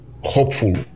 hopeful